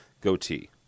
goatee